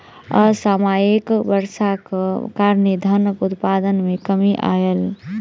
असामयिक वर्षाक कारणें धानक उत्पादन मे कमी आयल